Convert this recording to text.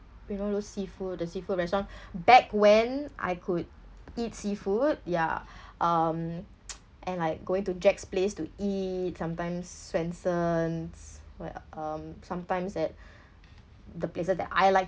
you know those seafood the seafood restaurant back when I could eat seafood ya um and like going to jack's place to eat sometimes swensen's where um sometimes at the places that I like